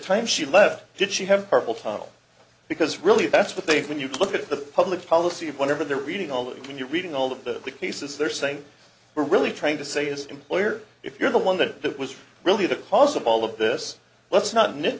time she left did she have purple tunnel because really that's what they when you look at the public policy whenever they're reading all that when you're reading all the pieces they're saying we're really trying to say is employer if you're the one that was really the cause of all of this let's not nit